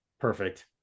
perfect